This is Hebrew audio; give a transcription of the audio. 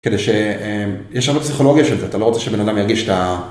כדי שיש לנו פסיכולוגיה של זה אתה לא רוצה שבנאדם ירגיש את ה.